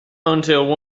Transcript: until